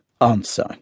Answer